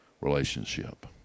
relationship